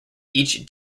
each